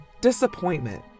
disappointment